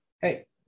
Hey